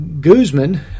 Guzman